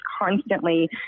constantly